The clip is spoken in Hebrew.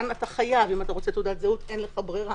כאן אתה חייב אם אתה רוצה תעודת זהות אין לך ברירה.